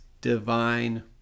divine